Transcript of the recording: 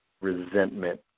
resentment